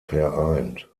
vereint